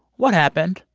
what happened?